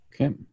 Okay